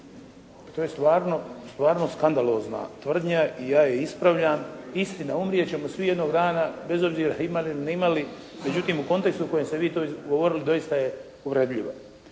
To je stvarno skandalozna tvrdnja i ja ispravljam. Istina umrijet ćemo svi jednog dana bez obzira imali ili ne imali, međutim u kontekstu u kojem ste vi to izgovorili doista je uvredljiva.